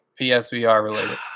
PSVR-related